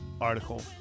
article